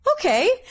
Okay